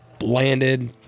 landed